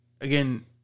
again